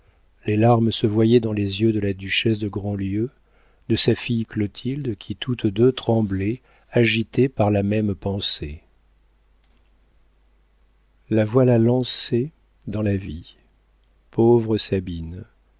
les larmes se voyaient dans les yeux de la duchesse de grandlieu de sa fille clotilde qui toutes deux tremblaient agitées par la même pensée la voilà lancée dans la vie pauvre sabine